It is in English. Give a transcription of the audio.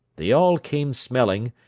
they all came smelling,